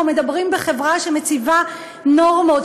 אנחנו מדברים בחברה שמציבה נורמות,